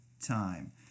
time